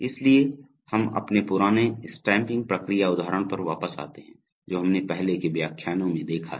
इसलिए हम अपने पुराने स्टैम्पिंग प्रक्रिया उदाहरण पर वापस आते हैं जो हमने पहले के व्याख्यानों में देखा है